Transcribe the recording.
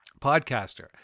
Podcaster